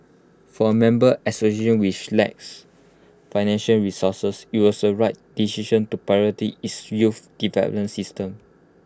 for A member association which lacks financial resources IT was A right decision to its youth development system